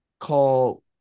Call